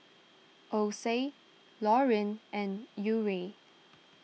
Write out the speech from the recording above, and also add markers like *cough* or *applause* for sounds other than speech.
Ocie Loreen and Uriel *noise*